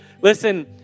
Listen